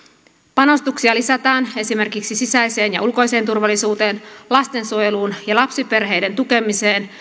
panostuksia lisätään esimerkiksi sisäiseen ja ulkoiseen turvallisuuteen lastensuojeluun ja lapsiperheiden tukemiseen